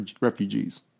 Refugees